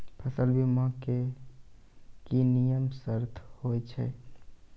फसल बीमा के की नियम सर्त होय छै?